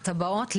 תב"עות,